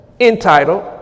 entitled